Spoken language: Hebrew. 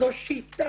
זו שיטה.